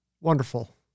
Wonderful